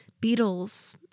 beetles